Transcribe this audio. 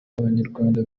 abanyarwanda